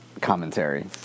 commentary